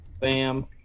Bam